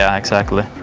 yeah exactly.